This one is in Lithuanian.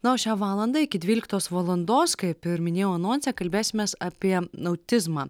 na o šią valandą iki dvyliktos valandos kaip ir minėjau anonse kalbėsimės apie autizmą